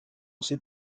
ces